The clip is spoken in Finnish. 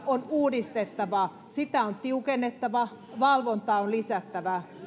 on uudistettava sitä on tiukennettava valvontaa on lisättävä